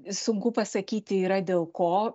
sunku pasakyti yra dėl ko